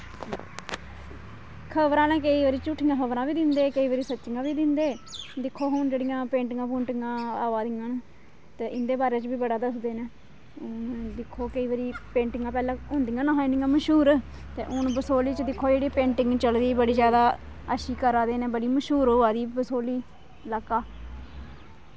खबरां आह्ले केईं बारी झूठियां खबरां बी दिंदे केईं बारी सच्चियां बी दिंदे दिक्खो हां हून जेह्ड़ियां पेंटिंगां पुंटिंगा आवा दियां न ते इंदे बारे च बी बड़ा दसदे न दिक्खो केईं बारी पेंटिंगा पैह्लें होंदियां निं हियां इ'न्नियां मश्हूर ते हून बसहोली च दिक्खो जेह्ड़ी पेंटिंग चली दी बड़ी जादा अच्छी करा दे न बड़ी मश्हूर होआ दी बसोह्ली लाका